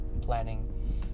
planning